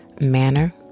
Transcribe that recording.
manner